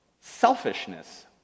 selfishness